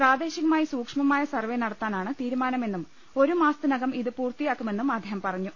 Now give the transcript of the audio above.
പ്രാദേശികമായി സൂക്ഷ്മമായ സർവെ നടത്താനാണ് തീരുമാനമെന്നും ഒരു മാസത്തിനകം ഇത് പൂർത്തിയാക്കുമെന്നും അദ്ദേഹം പറഞ്ഞു